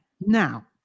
Now